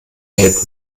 gelb